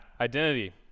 identity